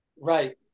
Right